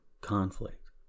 conflict